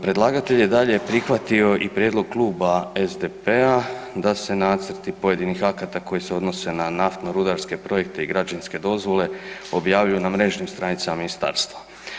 Predlagatelj je dalje prihvatio i prijedlog kluba SDP-a da se nacrti pojedinih akata koji se odnose na naftno-rudarske projekte i građevinske dozvole, objavljuju na mrežnim stranicama ministarstva.